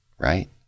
right